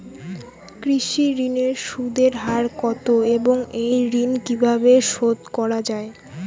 কৃষি ঋণের সুদের হার কত এবং এই ঋণ কীভাবে শোধ করা য়ায়?